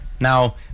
Now